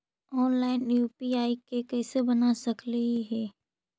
Online UPI कैसे बना सकली ही?